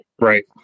right